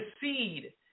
seed